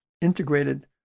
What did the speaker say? integrated